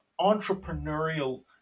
entrepreneurial